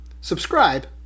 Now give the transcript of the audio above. subscribe